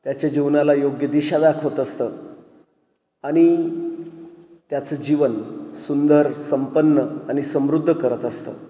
त्याच्या जीवनाला योग्य दिशा दाखवत असतं आणि त्याचं जीवन सुंदर संपन्न आणि समृद्ध करत असतं